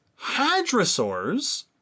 Hadrosaurs